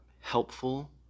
helpful